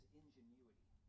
ingenuity